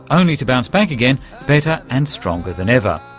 only to bounce back again better and stronger than ever.